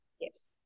Yes